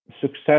success